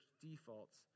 defaults